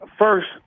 first